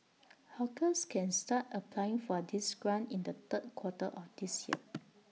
hawkers can start applying for this grant in the third quarter of this year